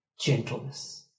Gentleness